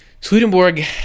Swedenborg